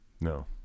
No